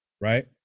right